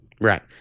Right